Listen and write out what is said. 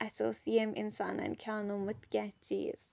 اسہِ ٲسۍ یم اِنسانن کھینٲومٕتۍ کیٚنہہ چیٖز